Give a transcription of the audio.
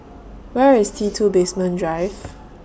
Where IS T two Basement Drive